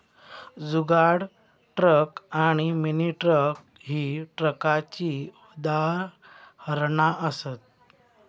जुगाड truck आणि mini truck ही ट्रकाची उदाहरणा असत